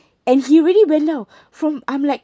and he really went down from I'm like